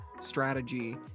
strategy